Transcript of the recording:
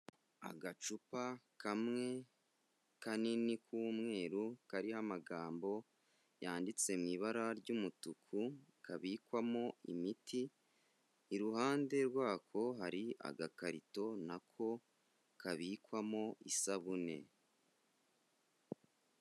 Agacupa kamwe, kanini k'umweru, kariho amagambo yanditse mu ibara ry'umutuku, kabikwamo imiti, iruhande rwako, hari agakarito na ko kabikwamo isabune.